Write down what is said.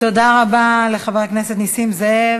תודה רבה לחבר הכנסת נסים זאב.